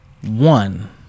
One